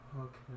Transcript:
Okay